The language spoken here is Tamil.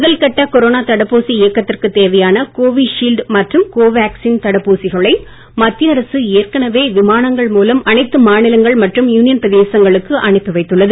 முதல்கட்ட கொரோனா தடுப்பூசி இயக்கத்திற்குத் தேவையான கோவிஷீல்ட் மற்றும் கோவாக்சின் தடுப்பூசிகளை மத்திய அரசு ஏற்கனவே விமானங்கள் மூலம் அனைத்து மாநிலங்கள் மற்றும் யூனியன் பிரதேசங்களுக்கு அனுப்பி வைத்துள்ளது